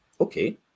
okay